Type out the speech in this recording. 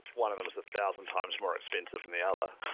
one of them is the thousand times more expensive than the other.